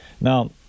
Now